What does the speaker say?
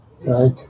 Right